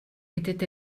étaient